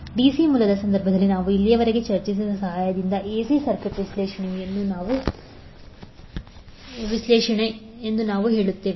DC ಮೂಲದ ಸಂದರ್ಭದಲ್ಲಿ ನಾವು ಇಲ್ಲಿಯವರೆಗೆ ಚರ್ಚಿಸಿದ ಸಹಾಯದಿಂದ ಎಸಿ ಸರ್ಕ್ಯೂಟ್ ವಿಶ್ಲೇಷಣೆ ಎಂದು ನಾವು ಹೇಳುತ್ತೇವೆ